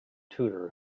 tutor